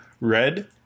Red